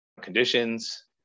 conditions